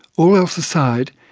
all else aside,